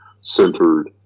centered